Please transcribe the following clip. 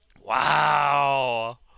Wow